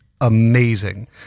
amazing